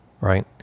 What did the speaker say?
right